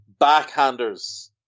backhanders